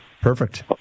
Perfect